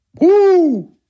Woo